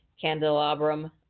candelabrum